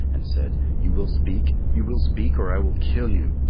and said, you will speak, you will speak or i will kill you.